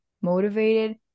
motivated